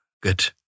good